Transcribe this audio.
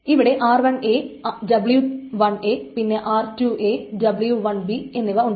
ഇവിടെ r1 w1 പിന്നെ r2 ra എന്നിവ ഉണ്ട്